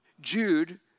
Jude